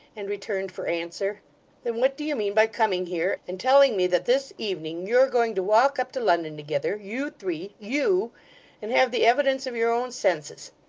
and returned for answer then what do you mean by coming here, and telling me that this evening you're a-going to walk up to london together you three you and have the evidence of your own senses?